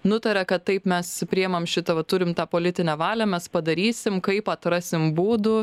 nutarė kad taip mes priimam šitą va turim tą politinę valią mes padarysim kaip atrasim būdų